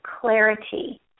clarity